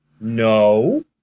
No